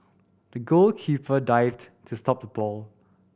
the goalkeeper dived to stop the ball